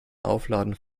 aufladen